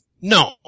No